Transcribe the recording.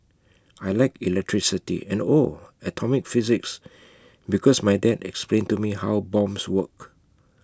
I Like electricity and oh atomic physics because my dad explained to me how bombs work